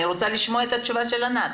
אני רוצה לשמוע את התשובה של ענת.